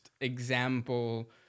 example